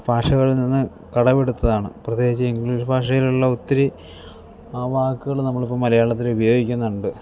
ഭാഷകളിൽ നിന്ന് കടം എടുത്തതാണ് പ്രത്യേകിച്ച് ഇംഗ്ലീഷ് ഭാഷയിലുള്ള ഒത്തിരി വാക്കുകൾ നമ്മളിപ്പം മലയാളത്തിൽ ഉപയോഗിക്കുന്നുണ്ട്